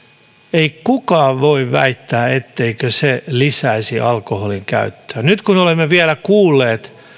ei kukaan voi väittää etteikö se lisäisi alkoholinkäyttöä nyt kun olemme vielä kuulleet